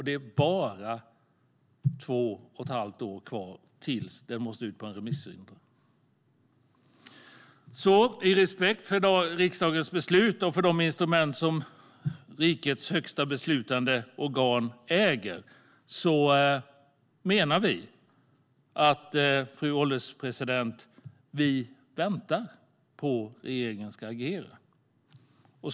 Det är bara två och ett halvt år kvar till dess att den måste ut på en remissrunda. Med respekt för riksdagens beslut och för de instrument som rikets högsta beslutande organ äger menar vi, fru ålderspresident, att vi väntar på att regeringen ska agera.